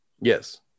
Yes